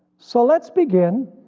so let's begin